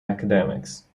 academics